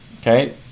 okay